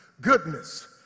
goodness